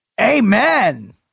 Amen